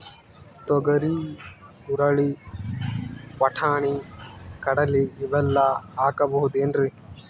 ತೊಗರಿ, ಹುರಳಿ, ವಟ್ಟಣಿ, ಕಡಲಿ ಇವೆಲ್ಲಾ ಹಾಕಬಹುದೇನ್ರಿ?